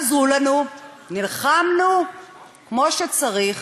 עזרו לנו, נלחמנו כמו שצריך,